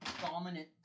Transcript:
Dominant